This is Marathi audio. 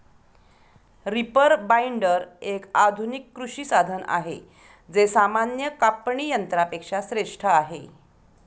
रीपर बाईंडर, एक आधुनिक कृषी साधन आहे जे सामान्य कापणी यंत्रा पेक्षा श्रेष्ठ आहे